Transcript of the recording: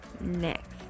Next